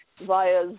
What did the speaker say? via